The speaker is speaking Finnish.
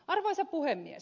arvoisa puhemies